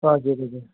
हजुर हजुर